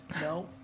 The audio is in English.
no